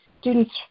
students